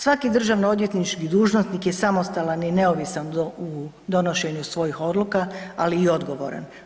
Svaki državnoodvjetnički dužnosnik je samostalan i neovisan u donošenju svojih odluka, ali i odgovoran.